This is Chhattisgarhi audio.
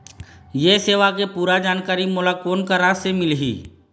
ये सेवा के पूरा जानकारी मोला कोन करा से मिलही?